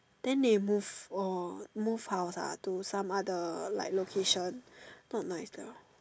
then they move orh move house ah to some other like location not nice liao